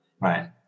Right